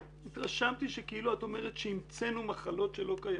התרשמתי כאילו את אומרת שהמצאנו מחלות שלא קיימות.